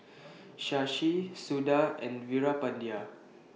Shashi Suda and Veerapandiya